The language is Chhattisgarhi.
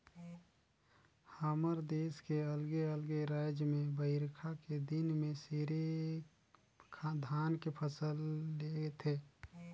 हमर देस के अलगे अलगे रायज में बईरखा के दिन में सिरिफ धान के फसल ले थें